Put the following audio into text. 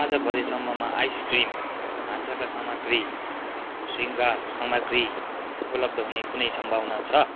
आज भरे सम्ममा आइसक्रिम भान्साका सामग्री शृङ्गार सामग्री उपलब्ध हुने कुनै सम्भावना छ